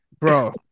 bro